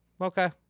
okay